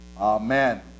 Amen